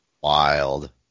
wild